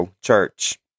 Church